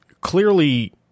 clearly